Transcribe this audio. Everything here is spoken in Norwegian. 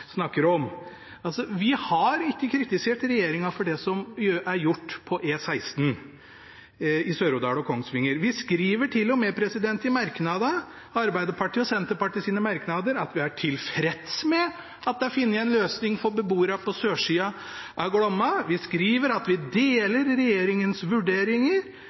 snakker om. Vi har ikke kritisert regjeringen for det som er gjort på E16 i Sør-Odal og Kongsvinger. Vi skriver til og med i Arbeiderpartiet og Senterpartiets merknader at vi er tilfreds med at det er funnet en løsning for beboerne på sørsida av Glomma. Vi skriver at vi deler regjeringens vurderinger,